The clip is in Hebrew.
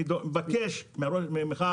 אני מבקש ממך,